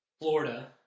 Florida